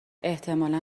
احتمالا